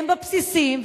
הם בבסיסים,